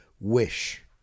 wish